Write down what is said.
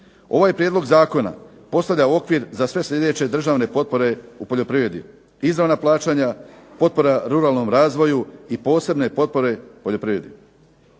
Ovaj prijedlog zakona postavlja okvir za sve sljedeće državne potpore u poljoprivredi, izravna plaćanja, potpora ruralnom razvoju i posebne potpore poljoprivredi.